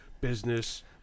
business